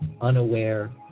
unaware